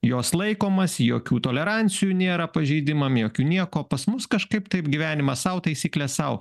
jos laikomasi jokių tolerancijų nėra pažeidimam jokių nieko pas mus kažkaip taip gyvenimas sau taisyklės sau